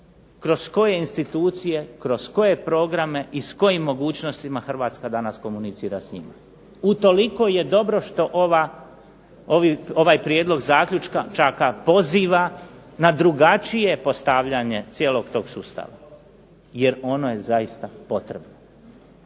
kroz koje institucije, kroz koje programe i s kojim mogućnostima Hrvatska danas komunicira s njima. Utoliko je dobro što ovaj prijedlog zaključaka poziva na drugačije postavljanje cijelog tog sustava, jer ono je zaista potrebno.